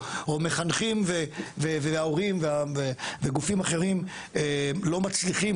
או מחנכים וההורים וגופים אחרים לא מצליחים,